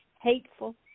hateful